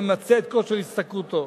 ממצה את כושר השתכרותו.